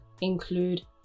include